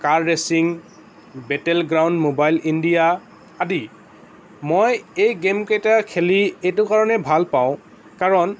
কাৰ racing battle ground mobile India আদি মই এই গেমকেইটা খেলি এইটো কাৰণে ভাল পাওঁ কাৰণ